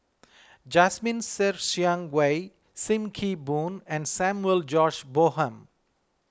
Jasmine Ser Xiang Wei Sim Kee Boon and Samuel George Bonham